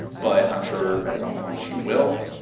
but i'm sure at some point she will.